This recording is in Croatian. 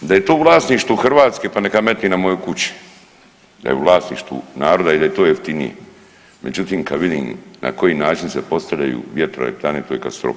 Da je to u vlasništvu Hrvatske, pa neka metne na mojoj kući, da je u vlasništvu naroda i da je to jeftinije, međutim kad vidim na koji način se postavljaju vjetroelektrane to je katastrofa.